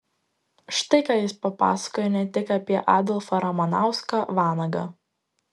štai ką jis papasakojo ne tik apie adolfą ramanauską vanagą